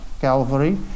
Calvary